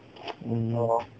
mm